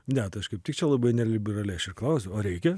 ne tai aš kaip tik čia labai neliberaliai aš ir klausiu o reikia